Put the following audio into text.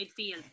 midfield